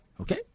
Okay